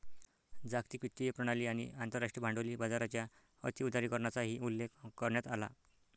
जागतिक वित्तीय प्रणाली आणि आंतरराष्ट्रीय भांडवली बाजाराच्या अति उदारीकरणाचाही उल्लेख करण्यात आला